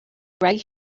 right